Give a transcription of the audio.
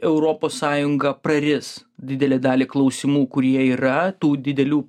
europos sąjunga praris didelę dalį klausimų kurie yra tų didelių